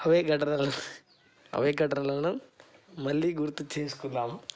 అవే ఘటనలు ఘటనలను మళ్ళీ గుర్తు చేసుకున్నాము